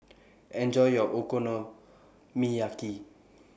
Enjoy your Okonomiyaki